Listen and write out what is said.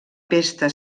pesta